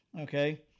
Okay